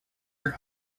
your